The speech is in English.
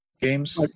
games